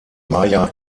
maja